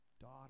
Daughter